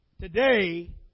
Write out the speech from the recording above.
today